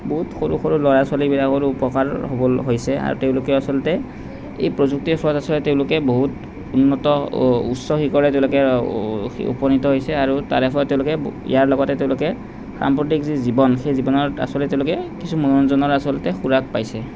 বহুত সৰু সৰু ল'ৰা ছোৱালীবিলাকৰো উপকাৰ হ'বলে হৈছে আৰু তেওঁলোকে আচলতে এই প্ৰযুক্তিৰ ফলত আচলতে তেওঁলোকে বহুত উন্নত উচ্চ শিখৰত তেওঁলোকে উপনীত হৈছে আৰু তাৰে ফলত তেওঁলোকে ব ইয়াৰ লগতে তেওঁলোকে সাম্প্ৰতিক যি জীৱন সেই জীৱনত আচলতে তেওঁলোকে কিছু মনোৰঞ্জনৰ আচলতে খোৰাক পাইছে